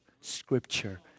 scripture